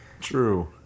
True